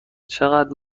چقدر